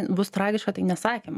bus tragiška tai nesakėm